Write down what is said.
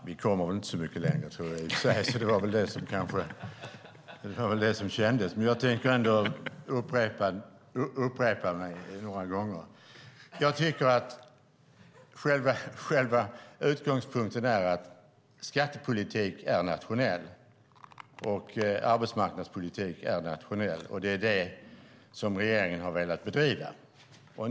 Herr talman! Vi kommer väl inte så mycket längre. Själva utgångspunkten är att skattepolitik är nationell, arbetsmarknadspolitik är nationell. Det är det som regeringen har velat bedriva.